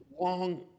long